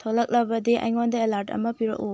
ꯊꯣꯛꯂꯛꯂꯕꯗꯤ ꯑꯩꯉꯣꯟꯗ ꯑꯦꯂꯥꯔꯠ ꯑꯃ ꯄꯤꯔꯛꯎ